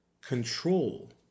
control